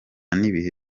n’ibihe